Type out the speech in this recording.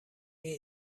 این